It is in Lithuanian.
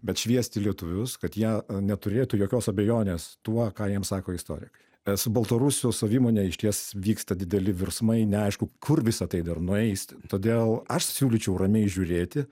bet šviesti lietuvius kad jie neturėtų jokios abejonės tuo ką jiem sako istorikai su baltarusių savimone išties vyksta dideli virsmai neaišku kur visa tai dar nueis todėl aš siūlyčiau ramiai žiūrėti